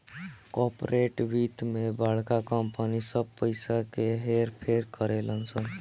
corporate वित्त मे बड़का कंपनी सब पइसा क हेर फेर करेलन सन